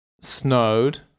snowed